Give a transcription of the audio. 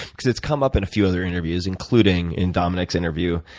because it's come up in a few other interviews including in dominic's interview.